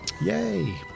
Yay